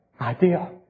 idea